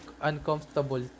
uncomfortable